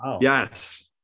yes